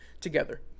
together